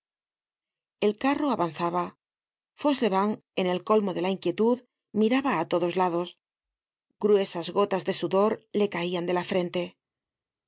el carro avanzaba fauchelevent en el colmo de la inquietud miraba á todos lados gruesas gotas de sudor le caian de la frente